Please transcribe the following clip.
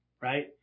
right